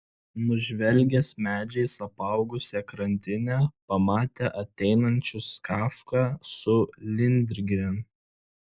nužvelgęs medžiais apaugusią krantinę pamatė ateinančius kafką su lindgren